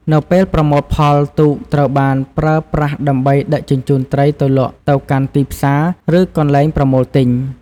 នៅពេលប្រមូលផល ទូកត្រូវបានប្រើប្រាស់ដើម្បីដឹកជញ្ជូនត្រីលក់ទៅកាន់ទីផ្សារ ឬកន្លែងប្រមូលទិញ។